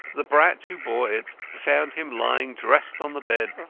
the brat who bore it found him lying dressed on the bed,